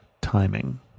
timing